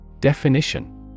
Definition